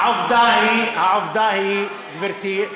העובדה היא, העובדה היא, גברתי,